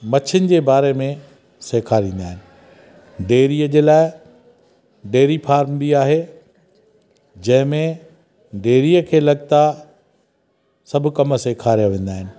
मछियुनि जे बारे में सेखारींदा आहिनि डेरीअ जे लाइ डेरी फार्म बि आहे जंहिं में डेरीअ खे लॻता सभु कमु सेखारिया वेंदा आहिनि